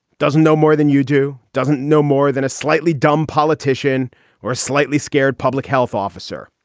doesn't know more than you do, doesn't know more than a slightly dumb politician or slightly scared public health officer.